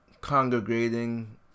congregating